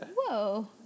Whoa